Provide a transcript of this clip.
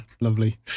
lovely